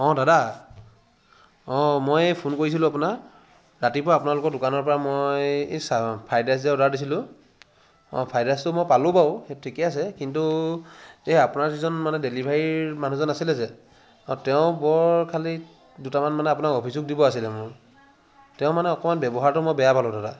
অঁ দাদা মই এ ফোন কৰিছিলোঁ আপোনাৰ ৰাতিপুৱা আপোনালোকৰ দোকানৰপৰা মই এ ফাইড ৰাইচ এটা অৰ্ডাৰ দিছিলোঁ অঁ ফাইড ৰাইচটো মই পালোঁ বাৰু ঠিকে আছে কিন্তু এই আপোনাৰ যিজন মানে ডেলিভাৰীৰ মানুহজন আছিলে যে তেওঁ বৰ খালী দুটামান মানে অভিযোগ দিব আছিলে মানে মোৰ তেওঁ মানে অকণমান ব্যৱহাৰটো মানে বেয়া পালোঁ মই